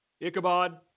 Ichabod